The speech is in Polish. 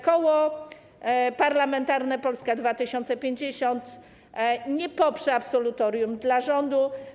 Koło Parlamentarne Polska 2050 nie poprze absolutorium dla rządu.